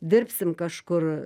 dirbsim kažkur